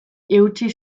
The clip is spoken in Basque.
eutsi